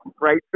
right